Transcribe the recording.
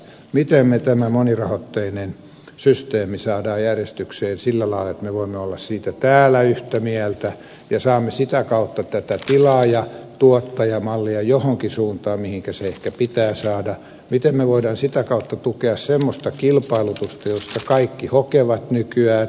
miten tämä monirahoitteinen systeemi saadaan järjestykseen sillä lailla että me voimme olla siitä täällä yhtä mieltä ja saamme sitä kautta tätä tilaajatuottaja mallia johonkin suuntaan mihinkä se ehkä pitää saada miten me voimme sitä kautta tukea semmoista kilpailutusta josta kaikki hokevat nykyään